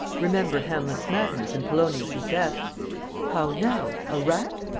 remember hamlet's madness and polonius' death how now! a rat?